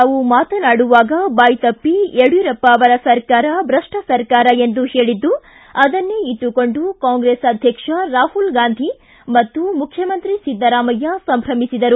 ತಾವು ಮಾತನಾಡುವಾಗ ಬಾಯ್ತಪ್ಪಿ ಯಡ್ಕೂರಪ್ಪ ಅವರ ಸರ್ಕಾರ ಭ್ರಪ್ಪ ಸರ್ಕಾರ ಎಂದು ಹೇಳಿದ್ದು ಅದನ್ನೇ ಇಟ್ಟುಕೊಂಡು ಕಾಂಗ್ರೆಸ್ ಅಧ್ಯಕ್ಷ ರಾಹುಲ್ ಗಾಂಧಿ ಮತ್ತು ಮುಖ್ಯಮಂತ್ರಿ ಸಿದ್ದರಾಮಯ್ಯ ಸಂಭ್ರಮಿಸಿದರು